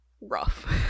rough